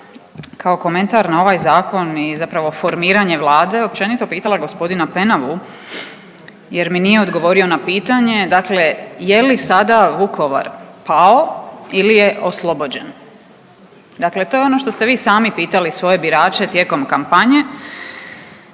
kao komentar na ovaj zakon i zapravo formiranje Vlade općenito pitala g. Penavu jer mi nije odgovorio na pitanje, dakle je li sada Vukovar pao ili je oslobođen? Dakle, to je ono što ste vi sami pitali svoje birače tijekom kampanje.